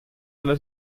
alle